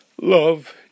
Love